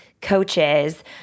coaches